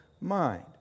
mind